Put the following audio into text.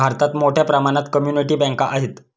भारतात मोठ्या प्रमाणात कम्युनिटी बँका आहेत